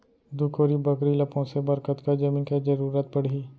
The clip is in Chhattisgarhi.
दू कोरी बकरी ला पोसे बर कतका जमीन के जरूरत पढही?